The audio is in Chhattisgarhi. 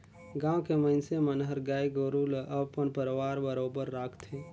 गाँव के मइनसे मन हर गाय गोरु ल अपन परवार बरोबर राखथे